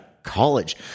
college